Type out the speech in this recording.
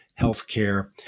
healthcare